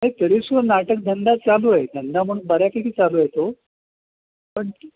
नाही तरी सुद्धा नाटक धंदा चालू आहे धंदा म्हणून बऱ्यापैकी चालू आहे तो पण